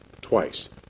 twice